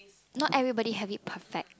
not everybody have it perfect